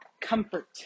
comfort